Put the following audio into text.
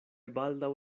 baldaŭ